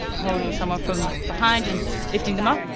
holding someone from behind and lifting them up.